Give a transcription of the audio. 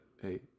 hey